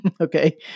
okay